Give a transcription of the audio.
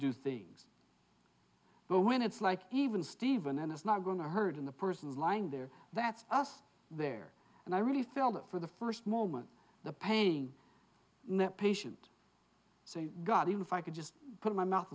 do things but when it's like even steven and it's not going to hurt in the person is lying there that's us there and i really felt for the first moment the paying net patient so you got even if i could just put my mouth